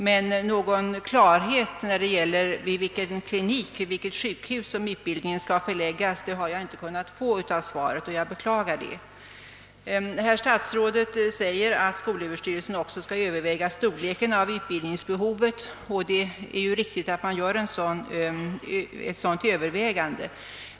Men någon klarhet om till vilket sjukhus eller till vilken klinik utbildningen skall förläggas har jag inte kunnat få genom svaret, och jag beklagar det. Herr statsrådet säger att skolöverstyrelsen även skall överväga storleken av utbildningsbehovet. Det är riktigt att ett sådant övervägande bör göras.